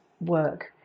work